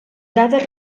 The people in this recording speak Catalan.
dades